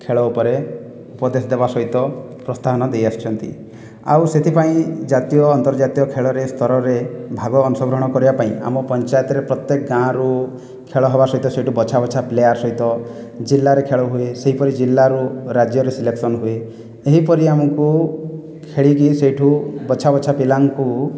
ଖେଳ ଉପରେ ଉପଦେଶ ଦେବା ସହିତ ପ୍ରସ୍ତାପନ ଦେଇଆସୁଛନ୍ତି ଆଉ ସେଥିପାଇଁ ଜାତୀୟ ଆଉ ଆନ୍ତର୍ଜାତୀୟ ଖେଳରେ ସ୍ତରରେ ଭାଗ ଅଂଶଗ୍ରହଣ କରିବାପାଇଁ ଆମ ପଞ୍ଚାୟତରେ ପ୍ରତ୍ୟେକ ଗାଁ ରୁ ଖେଳ ହେବା ସହିତ ସେଠୁ ବଛା ବଛା ପ୍ଲେୟାର ସହିତ ଜିଲ୍ଲାରେ ଖେଳ ହୁଏ ସେହିପରି ଜିଲ୍ଲାରୁ ରାଜ୍ୟରୁ ସିଲେକ୍ସନ ହୁଏ ଏହିପରି ଆମକୁ ଖେଳିକି ସେଇଠୁ ବଛା ବଛା ପିଲାଙ୍କୁ